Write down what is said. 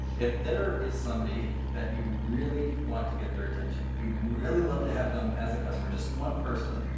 if there is somebody that you really want to get their attention. you'd really love to have them as a customer. just one person.